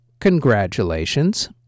congratulations